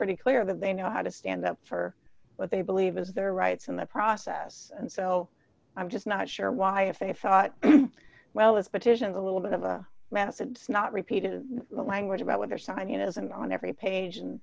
pretty clear that they know how to stand up for what they believe is their rights in the process and so i'm just not sure why if they thought well this petition a little bit of a math and not repeated language about what they're signing isn't on every page and